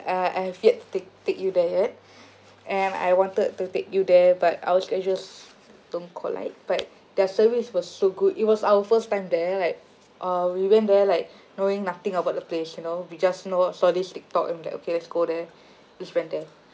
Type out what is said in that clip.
uh I have yet to take you there yet and I wanted to take you there but our schedules don't collide but their service was so good it was our first time there like uh we went there like knowing nothing about the place you know we just know saw this TikTok and like okay let's go there just went there